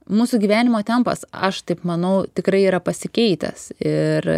mūsų gyvenimo tempas aš taip manau tikrai yra pasikeitęs ir